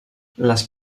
les